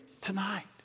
tonight